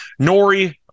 Nori